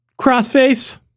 Crossface